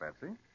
Betsy